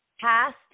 past